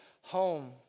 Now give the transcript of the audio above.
home